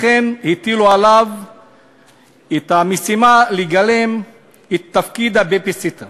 לכן הטילו עליו את המשימה לגלם את תפקיד הבייביסיטר